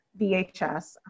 VHS